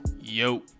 Yo